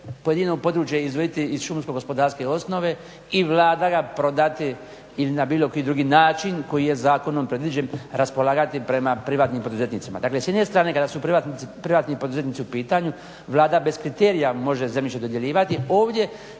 pojedino područje izdvojiti iz šumsko-gospodarske osnove i Vlada ga prodati ili na bilo koji drugi način koji je zakonom predviđen raspolagati prema privatnim poduzetnicima. Dakle, s jedne strane kada su privatni poduzetnici u pitanju Vlada bez kriterija može zemljište dodjeljivati. Ovdje